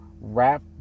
wrap